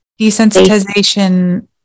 Desensitization